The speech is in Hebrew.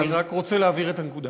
אני רק רוצה להבהיר את הנקודה,